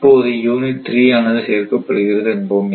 இப்போது யூனிட் 3 ஆனது சேர்க்கப்படுகிறது என்போம்